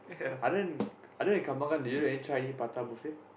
other than other than Kembangan did you any try any pratabuffet